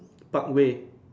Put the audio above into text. Parkway